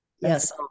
yes